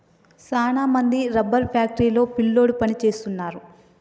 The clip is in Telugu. సాన మంది రబ్బరు ఫ్యాక్టరీ లో పిల్లోడు పని సేస్తున్నారు